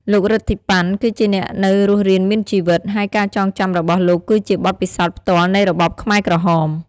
លោក រិទ្ធី ប៉ាន់ គឺជាអ្នកនៅរស់រានមានជីវិត ហើយការចងចាំរបស់លោកគឺជាបទពិសោធន៍ផ្ទាល់នៃរបបខ្មែរក្រហម។